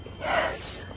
Yes